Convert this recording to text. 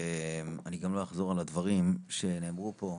ואני גם לא אחזור על הדברים שנאמרו פה.